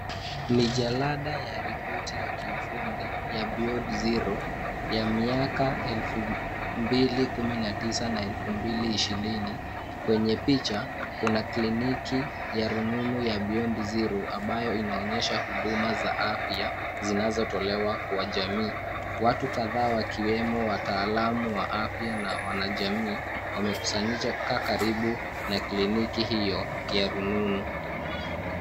Mijalada ya ripoti ya kiufundi ya Beyond Zero ya miaka elfu mbili kumi na tisa na elfu mbili ishirin. Kwenye picha kuna kliniki ya rununu ya Beyond Zero ambayo inaonyesha huduma za afya zinazotolewa kwa jamii. Watu kadhaa wakiwemo wataalamu wa afya na wanajamii wamekusanyika karibu na kliniki hiyo ya rununu.